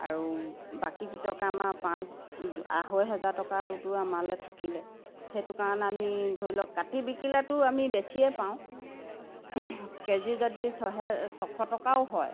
আৰু বাকী আমাৰ পাঁচ আঢ়ৈ হাজাৰ টকাটোতো আমালে থাকিলে সেইটো কাৰণে আমি ধৰি লওক কাটি বিকিলেতো আমি বেছিয়ে পাওঁ কেজি যদি ছহে ছয়শ টকাও হয়